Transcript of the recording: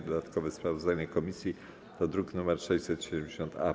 Dodatkowe sprawozdanie komisji to druk nr 670-A.